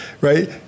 right